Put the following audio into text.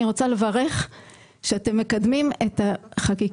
אני רוצה לברך על כך שאתם מקדמים את החקיקה